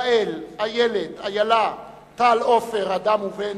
הנכדים, יעל, איילת, איילה, טל, עופר, אדם ובן,